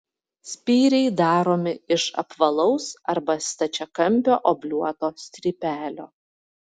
spyriai daromi iš apvalaus arba stačiakampio obliuoto strypelio